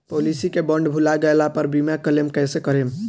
Policy के bond भुला गैला पर बीमा क्लेम कईसे करम?